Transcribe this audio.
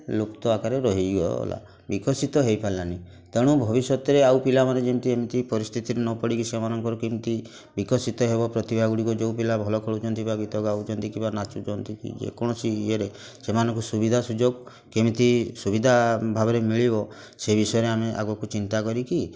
ଲୁପ୍ତ ଆକାରରେ ରହିଗଲା ବିକଶିତ ହେଇପାରିଲାନି ତେଣୁ ଭବିଷ୍ୟତରେ ଆଉ ପିଲାମାନେ ଯେମିତି ଏମିତି ପରିସ୍ଥିତ ନପଡ଼ିକି ସେମାନଙ୍କର କେମିତି ବିକଶିତ ହେବ ପ୍ରତିଭା ଗୁଡ଼ିକ ଯେଉଁ ପିଲା ଭଲ ଖେଳୁଛନ୍ତି ବା ଗୀତ ଗାଉଛନ୍ତି କିମ୍ବା ନାଚୁଛନ୍ତି କି ଯେ କୌଣସି ଇଏରେ ସେମାନଙ୍କୁ ସୁବିଧା ସୁଯୋଗ କେମିତି ସୁବିଧା ଭାବରେ ମିଳିବ ସେଇ ବିଷୟରେ ଆମେ ଆଗକୁ ଚିନ୍ତା କରିକି